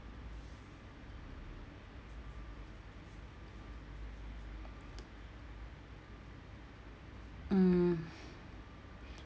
mm